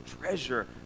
treasure